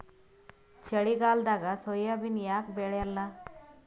ಚಳಿಗಾಲದಾಗ ಸೋಯಾಬಿನ ಯಾಕ ಬೆಳ್ಯಾಲ?